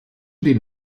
den